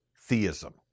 theism